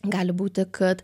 gali būti kad